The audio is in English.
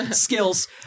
skills